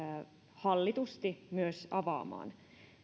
hallitusti myös avaamaan